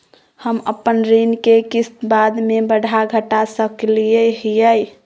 हम अपन ऋण के किस्त बाद में बढ़ा घटा सकई हियइ?